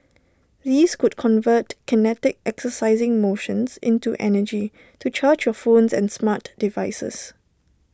these could convert kinetic exercising motions into energy to charge your phones and smart devices